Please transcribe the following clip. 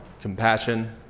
Compassion